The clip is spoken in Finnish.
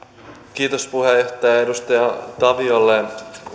kiitos puheenjohtaja edustaja taviolle